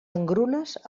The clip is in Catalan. engrunes